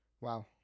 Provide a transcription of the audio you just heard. Wow